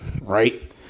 right